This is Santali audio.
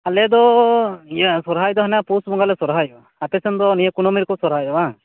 ᱟᱞᱮᱫᱚᱻ ᱤᱭᱟᱹ ᱥᱚᱨᱦᱟᱭ ᱫᱚ ᱦᱟᱱᱟ ᱯᱩᱥ ᱵᱚᱸᱜᱟ ᱞᱮ ᱥᱚᱨᱦᱟᱭᱚᱜᱼᱟ ᱟᱯᱮ ᱥᱮᱱᱫᱚ ᱱᱤᱭᱟᱹ ᱠᱩᱱᱟ ᱢᱤ ᱨᱮᱠᱚ ᱥᱚᱨᱦᱟᱭᱚᱜᱼᱟ ᱵᱟᱝ